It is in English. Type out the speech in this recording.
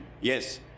yes